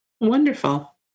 Wonderful